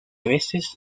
veces